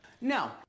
No